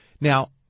Now